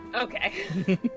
okay